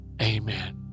Amen